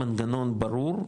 מנגנון ברור,